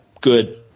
good